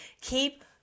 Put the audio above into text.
Keep